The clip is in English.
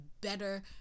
better